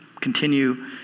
continue